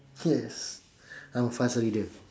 yes I'm a fast reader